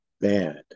bad